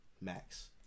max